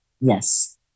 Yes